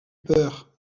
peur